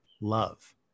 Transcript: love